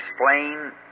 explain